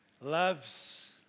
loves